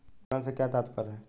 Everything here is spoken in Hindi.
विपणन से क्या तात्पर्य है?